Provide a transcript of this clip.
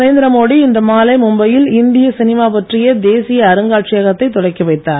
நரேந்திரமோடி இன்று மாலை மும்பையில் இந்திய சினிமா பற்றிய தேசிய அருங்காட்சியகத்தை தொடக்கி வைத்தார்